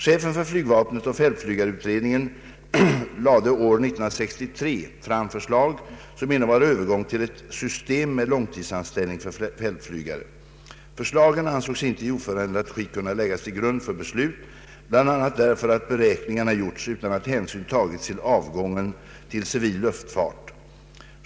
Chefen för flygvapnet och fältflygarutredningen lade år 1963 fram förslag, som innebar övergång till ett system med långtidsanställning för fältflygare. Förslagen ansågs inte i oförändrat skick kunna läggas till grund för beslut, bl.a. därför att beräkningarna gjorts utan att hänsyn tagits till avgången till civil luftfart.